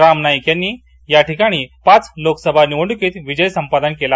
राम नाईक यांनी सलग पाच लोकसभा निवडणूकीत विजय संपादन केला